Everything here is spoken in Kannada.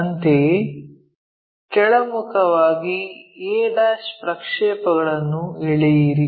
ಅಂತೆಯೇ ಕೆಳಮುಖವಾಗಿ a ಪ್ರಕ್ಷೇಪಗಳನ್ನು ಎಳೆಯಿರಿ